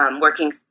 working